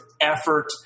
effort